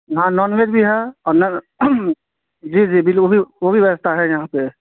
ہاں non veg بھی ہے اور جی جی بل وہ بھی وہ بھی ویوستھا ہے یہاں پہ